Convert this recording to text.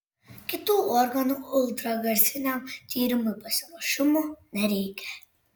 kitų organų ultragarsiniam tyrimui pasiruošimo nereikia